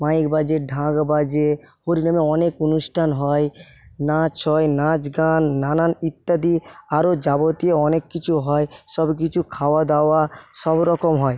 mic বাজে ঢাক বাজে হরিনামে অনেক অনুষ্ঠান হয় নাচ হয় নাচ গান নানান ইত্যাদি আরও যাবতীয় অনেক কিছু হয় সবকিছু খাওয়া দাওয়া সবরকম হয়